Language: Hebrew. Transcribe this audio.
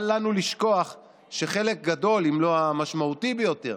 אל לנו לשכוח שחלק גדול, אם לא המשמעותי ביותר,